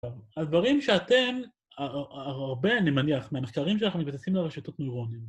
הדברים שאתם הרבה, אני מניח, מהמחקרים שלכם מתבססים על רשתות נוירונים.